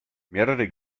mehrere